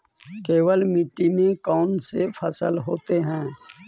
केवल मिट्टी में कौन से फसल होतै?